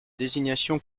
désignation